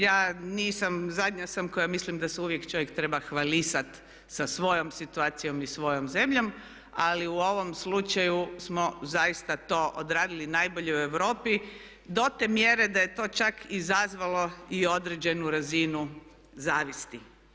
Ja nisam, zadnja sam koja mislim da se uvijek čovjek treba hvalisati sa svojom situacijom i svojom zemljom ali u ovom slučaju smo zaista to odradili najbolje u Europi do te mjere da je to čak izazvalo i određenu razinu zavisti.